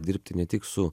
dirbti ne tik su